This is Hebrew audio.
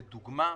לדוגמה,